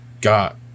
got